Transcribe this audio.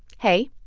hey.